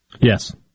Yes